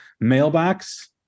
mailbox